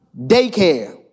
Daycare